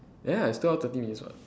ya it's two hours thirty minutes [what]